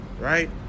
Right